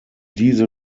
diese